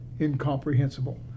incomprehensible